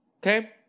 Okay